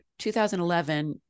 2011